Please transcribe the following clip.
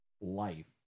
life